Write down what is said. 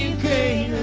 okay.